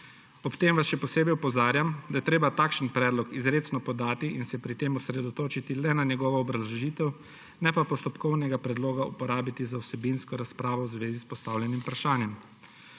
Ob tem vas še posebej opozarjam, da je treba takšen predlog izrecno podati in se pri tem osredotočiti le na njegovo obrazložitev, ne pa postopkovnega predloga uporabiti za vsebinsko razpravo v zvezi s postavljenim vprašanjem.